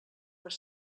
les